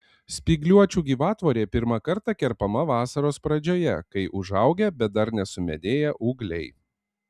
spygliuočių gyvatvorė pirmą kartą kerpama vasaros pradžioje kai užaugę bet dar nesumedėję ūgliai